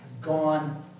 gone